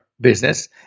business